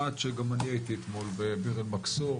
גם אני הייתי אתמול בביר אל מכסור,